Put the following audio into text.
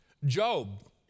Job